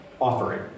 offering